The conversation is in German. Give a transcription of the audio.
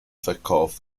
verkauft